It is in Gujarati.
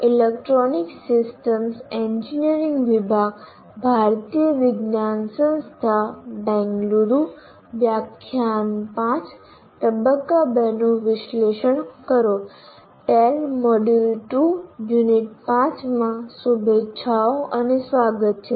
ટેલ મોડ્યુલ 2 યુનિટ 5 માં શુભેચ્છાઓ અને સ્વાગત છે